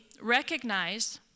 recognize